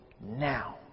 now